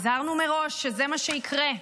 הזהרנו מראש שזה מה שיקרה,